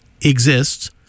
exists